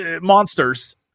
monsters